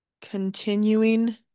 continuing